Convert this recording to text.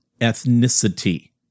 ethnicity